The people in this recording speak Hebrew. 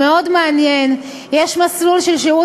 הוא מאוד מעניין: יש מסלול של שירות